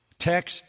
text